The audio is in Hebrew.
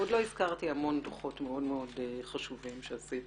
ועוד לא הזכרתי המון דוחות מאוד מאוד חשובים שעשית